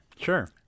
Sure